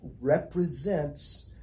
represents